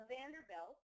Vanderbilt